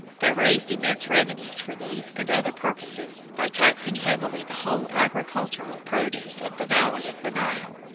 they raised immense revenues for these and other purposes by taxing heavily the whole agricultural produce of the valley of the nile.